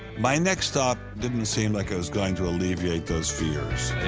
my next stop didn't seem like it was going to alleviate those fears.